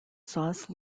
sauce